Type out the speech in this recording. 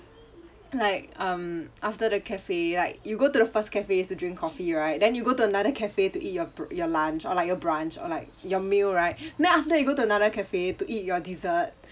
like um after the cafe like you go to the first cafe is to drink coffee right then you go to another cafe to eat your your lunch or like your brunch or like your meal right then after you go to another cafe to eat your dessert